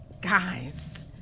guys